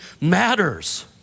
matters